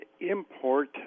import